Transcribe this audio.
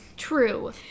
True